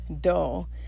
dull